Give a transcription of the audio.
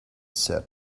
said